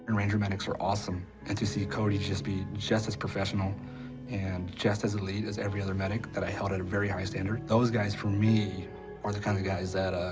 and ranger medics are awesome, and to see cody just be just as professional and just as elite as every other medic that i held at a very high standard. those guys, for me are the kind of guys that,